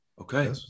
Okay